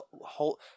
whole